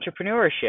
entrepreneurship